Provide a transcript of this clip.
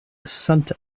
sainte